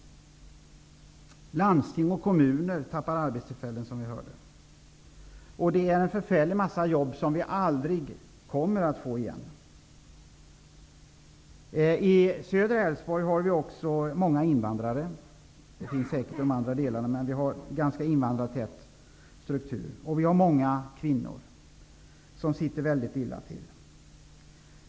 Landsting och kommuner förlorar, som ni hörde, arbetstillfällen. Det är förfärligt många jobb som vi aldrig kommer att få igen. I södra Älvsborg finns det också många invandrare. De finns säkert även i de andra delarna, men vi har en ganska invandrartät struktur. Det finns dessutom många kvinnor som sitter väldigt illa till.